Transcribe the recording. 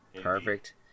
perfect